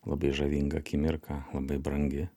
labai žavinga akimirka labai brangi